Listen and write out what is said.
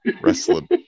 Wrestling